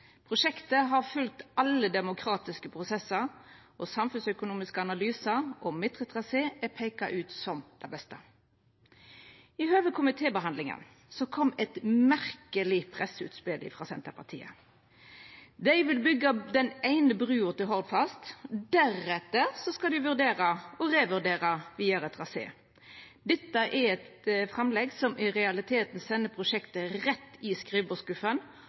Prosjektet har følgt alle demokratiske prosessar og samfunnsøkonomiske analysar, og midtre trasé er peika ut som den beste. I høve komitébehandlinga kom eit merkeleg presseutspel frå Senterpartiet. Dei vil byggja den eine brua til Hordfast, deretter skal dei vurdera og revurdera vidare trasé. Dette er eit framlegg som i realiteten sender prosjektet rett i